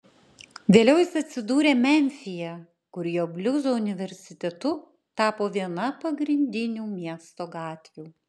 vėliau jis atsidūrė memfyje kur jo bliuzo universitetu tapo viena pagrindinių miesto gatvių